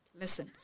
Listen